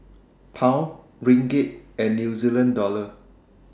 Pound Ringgit and New Zealand Dollar